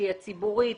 שהיא הציבורית